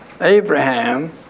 Abraham